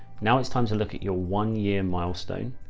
now it's time to look at your one year milestone.